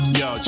yo